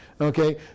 okay